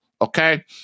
Okay